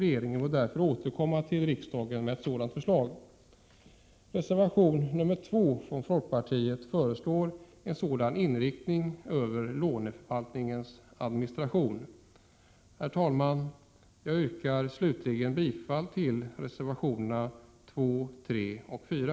Regeringen bör därefter återkomma till riksdagen med förslag. I reservation 2 från folkpartiet föreslås en sådan inriktning på löneförvaltningens administration. Herr talman! Jag yrkar slutligen bifall till reservationerna 2, 3 och 4.